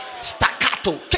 Staccato